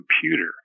computer